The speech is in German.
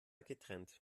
getrennt